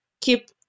keep